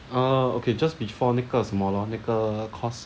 err okay just before 那个什么 lor 那个 course